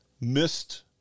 missed